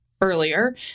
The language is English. earlier